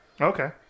Okay